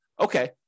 okay